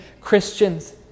Christians